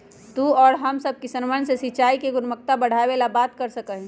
तू और हम सब किसनवन से सिंचाई के गुणवत्ता बढ़ावे ला बात कर सका ही